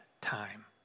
time